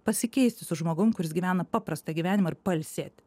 pasikeisti su žmogum kuris gyvena paprastą gyvenimą ir pailsėt